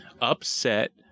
upset